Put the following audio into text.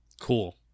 Cool